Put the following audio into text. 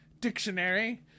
Dictionary